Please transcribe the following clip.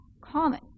common